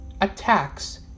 attacks